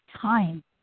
time